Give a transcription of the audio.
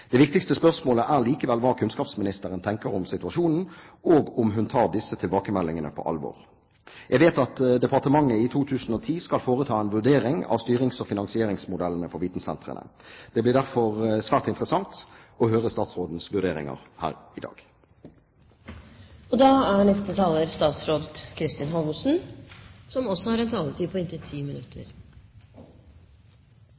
Det viktigste spørsmålet er likevel hva kunnskapsministeren tenker om situasjonen, og om hun tar disse tilbakemeldingene på alvor. Jeg vet at departementet i 2010 skal foreta en vurdering av styrings- og finansieringsmodellene for vitensentrene. Det blir derfor svært interessant å høre statsrådens vurderinger her i dag. Jeg fikk et lite øyeblikk et slags inntrykk av at representanten Warloe hadde en